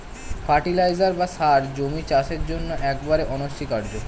fertiliser বা সার জমির চাষের জন্য একেবারে অনস্বীকার্য